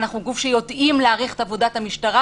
ואנחנו גוף שיודעים להעריך את עבודת המשטרה,